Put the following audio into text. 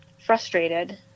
frustrated